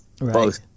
Right